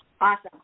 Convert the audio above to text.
Awesome